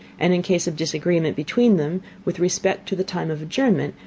and in case of disagreement between them, with respect to the time of adjournment,